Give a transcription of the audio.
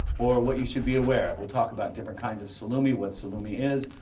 or, what you should be aware of. we'll talk about different kinds of salumi, what salumi is,